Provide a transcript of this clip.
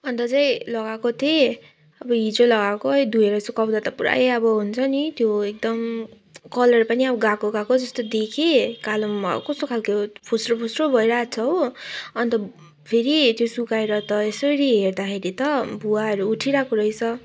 अन्त चाहिँ लगाएको थिएँ अब हिजो लगाएकै धोएर सुकाउँदा त पुरै अब हुन्छ नि त्यो एकदम कलर पनि अब गएको गएको जस्तो देखेँ कालोमा कस्तो खालके फुस्रो फुस्रो भइरहेको छ हो अन्त फेरि त्यो सुकाएर त यसरी हेर्दाखेरि त भुवाहरू उठिरहेको रहेछ